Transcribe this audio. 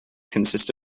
consist